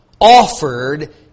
offered